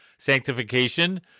sanctification